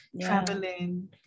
traveling